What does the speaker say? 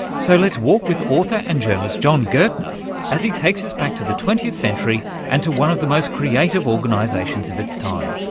so let's walk with author and journalist jon gertner as he takes us back to the twentieth century and to one of the most creative organisations of its time,